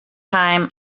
time